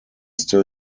still